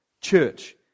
church